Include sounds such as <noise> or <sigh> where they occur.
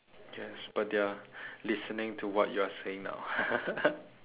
yes but they are listening to what you are saying now <laughs>